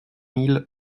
mille